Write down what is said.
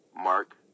Mark